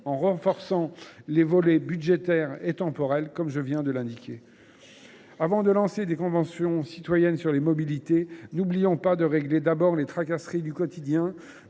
en renforçant les volets budgétaires et temporels comme je viens de l’indiquer ? Avant de lancer des conventions citoyennes sur les mobilités, n’oublions pas de régler d’abord les tracasseries du quotidien